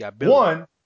one